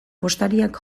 postariak